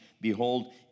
behold